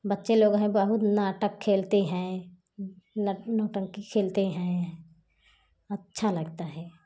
बच्चे लोग हैं बहुत नाटक खेलते हैं नट नौटंकी खेलते हैं अच्छा लगता है